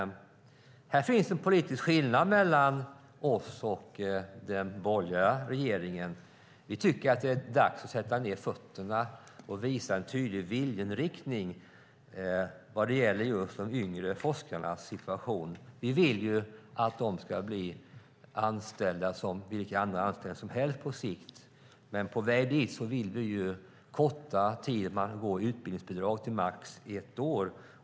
Här finns det en politisk skillnad mellan oss och den borgerliga regeringen. Vi tycker att det är dags att sätta ned foten och visa en tydlig viljeinriktning när det gäller de yngre forskarnas situation. Vi vill att de på sikt ska bli anställda som vilka anställda som helst. På vägen dit vill vi korta tiden för utbildningsbidrag till max ett år.